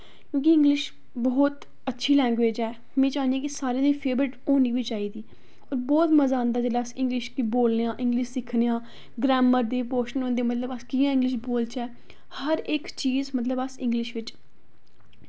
एह्दे ई इंग्लिश बौह्त लैंग्वेज ऐ में चाह्न्नी कि सारें दी फेवरेट होनी गै चाहिदी बौह्त मजा आंदा जेल्लै अस इंग्लिश गी बोलने आं इंग्लिश गी सिक्खनै आं मतलब अस कि'यां इंग्लिश बोलचै अस हर इक चीज मतलब इंग्लिश बिच्च